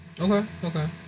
okay okay